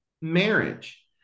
marriage